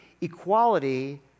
equality